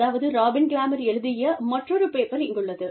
அதாவது Robin Kramer எழுதிய மற்றொரு பேப்பர் இங்குள்ளது